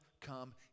come